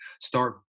start